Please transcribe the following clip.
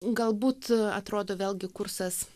galbūt atrodo vėlgi kursas